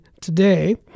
today